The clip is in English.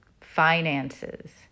Finances